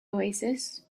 oasis